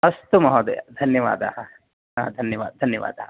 अस्तु महोदय धन्यवादाः हा धन्यवादः धन्यवादाः